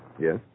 Yes